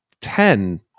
ten